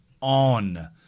on